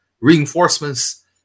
reinforcements